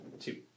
two